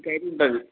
దీనికైతే ఉండదు